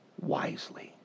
wisely